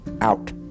Out